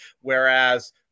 whereas